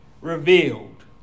Revealed